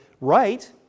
right